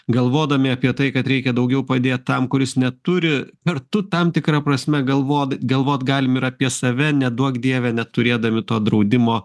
galvodami apie tai kad reikia daugiau padėt tam kuris neturi ar tu tam tikra prasme galvot galvot galim ir apie save neduok dieve neturėdami to draudimo